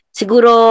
siguro